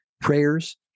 prayers